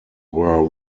were